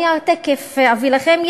אני תכף אביא לכם.